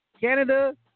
Canada